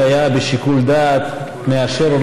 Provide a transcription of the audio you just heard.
שהיה בשיקול דעת מאשר,